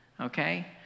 Okay